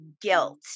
guilt